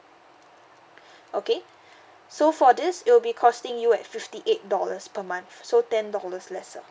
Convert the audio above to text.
okay so for this it will be costing you at fifty eight dollars per month so ten dollars less